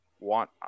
want